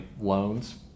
loans